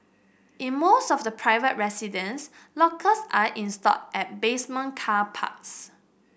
in most of the private residence lockers are installed at basement car parks